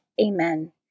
Amen